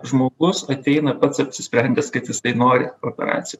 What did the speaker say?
žmogus ateina pats apsisprendęs kad jisai nori operacijo